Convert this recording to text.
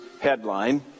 headline